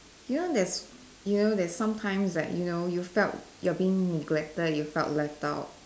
you know there's you know there's sometimes like you know you felt you're being neglected you felt left out